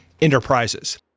enterprises